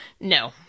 No